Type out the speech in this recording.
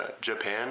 Japan